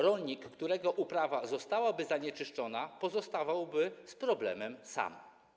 Rolnik, którego uprawa zostałaby zanieczyszczona, pozostawałby z problemem sam.